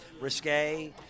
risque